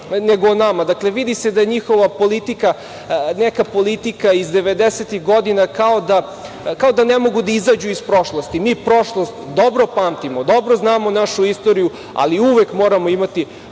nego o nama. Dakle vidi se da je njihova politika neka politika iz 90-ih godina, kao da ne mogu da izađu iz prošlosti. Mi prošlost dobro pamtimo, dobro znamo našu istoriju, ali uvek moramo imati